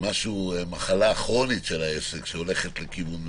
מחלה כרונית של העסק שהולכת לכיוון מסוים,